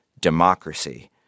democracy